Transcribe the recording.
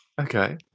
Okay